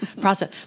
process